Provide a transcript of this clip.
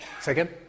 Second